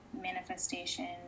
manifestation